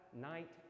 night